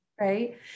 Right